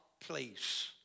place